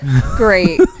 Great